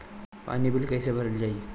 पानी बिल कइसे भरल जाई?